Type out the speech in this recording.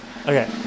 Okay